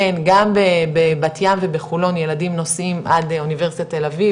כן גם בבת ים ובחולון ילדים נוסעים עד אוניברסיטת תל אביב